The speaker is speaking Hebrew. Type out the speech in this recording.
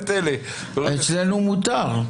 אצלנו מותר.